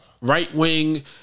right-wing